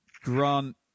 Grant